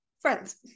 friends